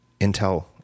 Intel